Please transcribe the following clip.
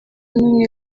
n’umwe